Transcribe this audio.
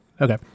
okay